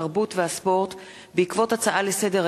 התרבות והספורט בנושא: